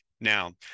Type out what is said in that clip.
Now